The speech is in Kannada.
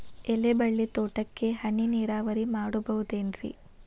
ಎಲೆಬಳ್ಳಿ ತೋಟಕ್ಕೆ ಹನಿ ನೇರಾವರಿ ಮಾಡಬಹುದೇನ್ ರಿ?